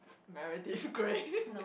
Meredith grey